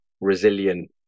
resilient